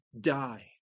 die